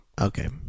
okay